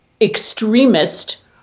extremist